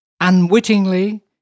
unwittingly